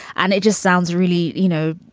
and it just sounds really, you know,